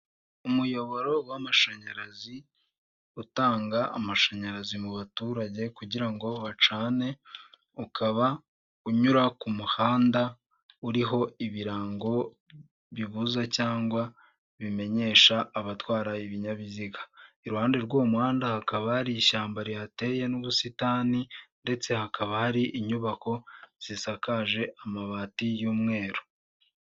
Umuyoboro w'amashanyarazi, utanga amashanyarazi mu baturage kugira wacane, ukaba unyura ku muhanda uriho ibirango bibuza cyangwa bimenyesha abatwara ibinyabiziga, iruhande rw'umuhanda hakaba hari ishyamba rihateye n'ubusitani ndetse hakaba hari inyubako zisakaje amabati y'umweru.